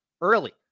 early